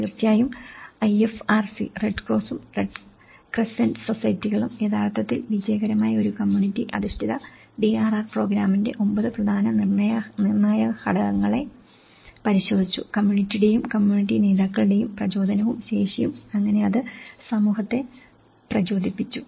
തീർച്ചയായും IFRC red ക്രോസും red crescent സൊസൈറ്റികളും യഥാർത്ഥത്തിൽ വിജയകരമായ ഒരു കമ്മ്യൂണിറ്റി അധിഷ്ഠിത DRR പ്രോഗ്രാമിന്റെ 9 പ്രധാന നിർണ്ണായക ഘടകങ്ങളെ പരിശോധിച്ചു കമ്മ്യൂണിറ്റിയുടെയും കമ്മ്യൂണിറ്റി നേതാക്കളുടെയും പ്രചോദനവും ശേഷിയും അങ്ങനെ അത് സമൂഹത്തെ പ്രചോദിപ്പിച്ചു